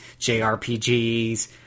JRPGs